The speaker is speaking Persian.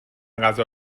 غذا